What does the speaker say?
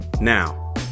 Now